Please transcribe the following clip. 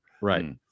Right